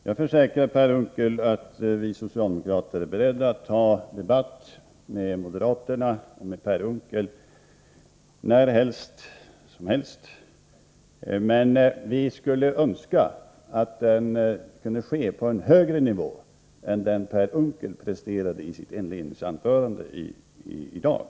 Herr talman! Jag försäkrar Per Unckel att vi socialdemokrater är beredda att ta en debatt med moderaterna och med Per Unckel när som helst. Men vi skulle önska att den kunde ske på en högre nivå än den som Per Unckel presterade i sitt inledningsanförande i dag.